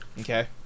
Okay